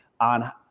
on